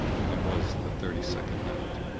when it was the thirty-second night,